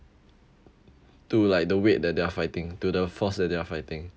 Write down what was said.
to like the weight that they are fighting to the force that they are fighting